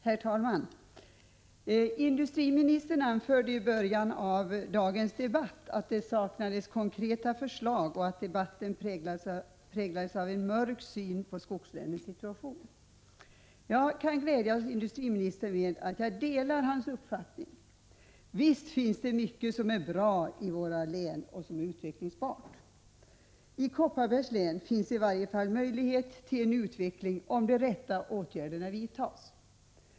Herr talman! Industriministern anförde i början av dagens debatt att det saknades konkreta förslag och att debatten präglades av en mörk syn på skogslänens situation. Jag kan glädja industriministern med att jag delar hans uppfattning: Visst finns det mycket som är bra i våra län och som är utvecklingsbart. I Kopparbergs län finns i alla fall möjlighet till en utveckling om de rätta åtgärderna vidtas.